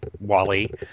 Wally